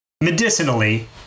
Medicinally